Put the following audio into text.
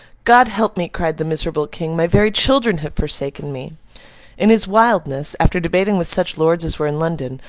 god help me cried the miserable king my very children have forsaken me in his wildness, after debating with such lords as were in london,